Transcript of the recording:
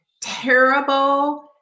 terrible